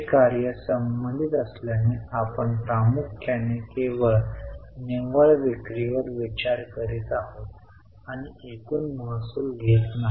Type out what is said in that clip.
हे कार्य संबंधित असल्याने आपण प्रामुख्याने केवळ निव्वळ विक्रीवर विचार करीत आहोत आणि एकूण महसूल घेत नाही